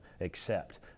accept